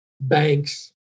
banks